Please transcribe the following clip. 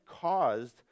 caused